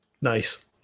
Nice